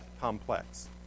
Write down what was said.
complex